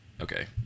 Okay